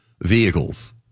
vehicles